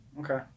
Okay